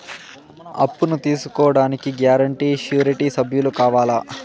అప్పును తీసుకోడానికి guarantee, surety సభ్యులు కావాలా?